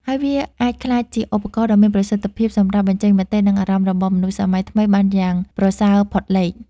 ហើយវាអាចក្លាយជាឧបករណ៍ដ៏មានប្រសិទ្ធភាពសម្រាប់បញ្ចេញមតិ និងអារម្មណ៍របស់មនុស្សសម័យថ្មីបានយ៉ាងប្រសើរផុតលេខ។